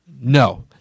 No